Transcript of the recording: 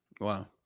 wow